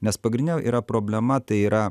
nes pagrindinė yra problema tai yra